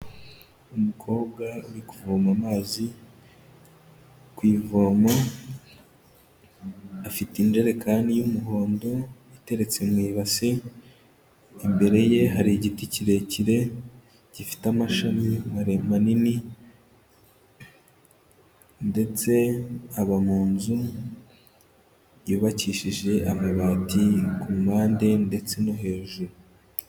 Umukobwa uri kuvoma amazi ku ivoma afite injerekani y'umuhondo iteretse mu ibasi, imbere ye hari igiti kirekire gifite amashami maremanini ndetse aba mu nzu yubakishije amabati ku mpande ndetse no hejuru.